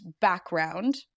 background